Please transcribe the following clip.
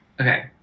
Okay